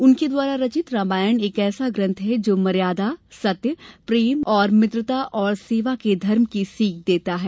उनके द्वारा रचित रामायण एक ऐसा ग्रंथ है जो मर्यादा सत्य प्रेम भ्रातत्व मित्रत्व एवं सेवक के धर्म की सीख देता है